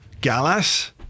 Gallas